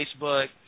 Facebook